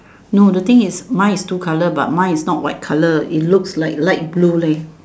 no the thing is mine is two color but mine is not white color it looks like light blue leh